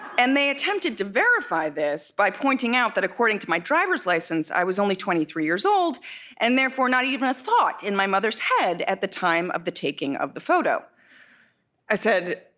and they attempted to verify this by pointing out that according to my driver's license i was only twenty three years old and therefore not even a thought in my mother's head at the time of the taking of the photo i said,